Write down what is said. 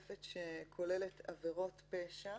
שכוללת עבירות פשע